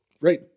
right